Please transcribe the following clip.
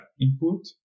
input